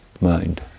mind